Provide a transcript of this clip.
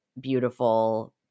beautiful